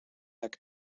jak